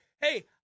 hey